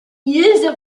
ilse